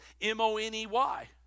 M-O-N-E-Y